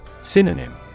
Synonym